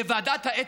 לוועדת האתיקה,